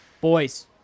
Boys